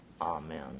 Amen